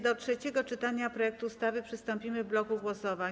Do trzeciego czytania projektu ustawy przystąpimy w bloku głosowań.